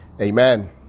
amen